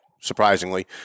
surprisingly –